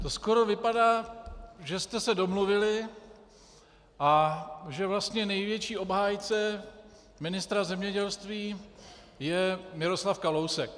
To skoro vypadá, že jste se domluvili a že vlastně největší obhájce ministra zemědělství je Miroslav Kalousek.